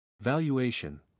Valuation